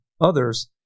Others